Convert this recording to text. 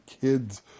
kids